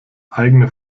eigene